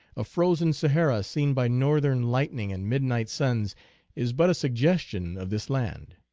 a frozen sahara seen by northern lightning and midnight suns is but a suggestion of this land.